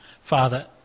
Father